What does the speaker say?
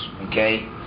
okay